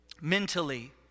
mentally